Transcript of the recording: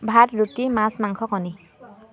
ভাত ৰুটি মাছ মাংস কণী